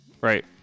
Right